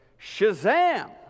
Shazam